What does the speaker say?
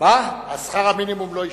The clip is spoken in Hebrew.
שכר המינימום לא השתנה.